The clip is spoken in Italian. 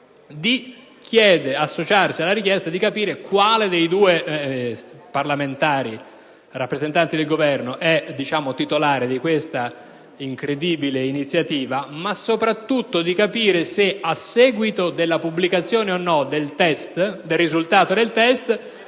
di associarsi alla richiesta di capire quale dei due parlamentari e rappresentanti del Governo è titolare di questa incredibile iniziativa, ma soprattutto di capire se a seguito della eventuale pubblicazione del risultato del test